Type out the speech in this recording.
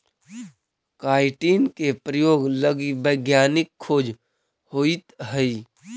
chitin के प्रयोग लगी वैज्ञानिक खोज होइत हई